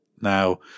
Now